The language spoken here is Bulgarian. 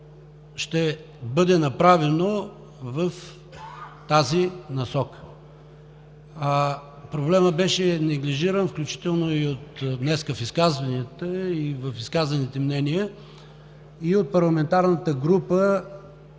ще бъде направено в тази насока. Проблемът беше неглижиран, включително и днес в изказванията и в изказаните мнения, и от парламентарната група,